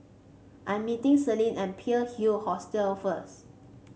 I'm meeting Celine at Pearl Hill Hostel first